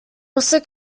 also